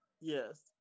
Yes